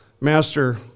Master